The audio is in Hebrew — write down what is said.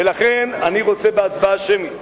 ולכן, אני רוצה בהצבעה שמית,